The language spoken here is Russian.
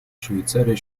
швейцария